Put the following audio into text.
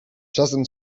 czasem